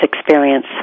experience